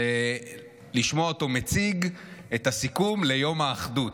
זה לשמוע אותו מציג את הסיכום ליום האחדות.